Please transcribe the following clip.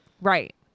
Right